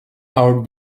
our